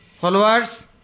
followers